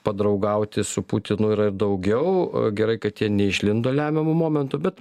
padraugauti su putinu yra ir daugiau gerai kad jie neišlindo lemiamu momentu bet